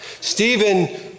Stephen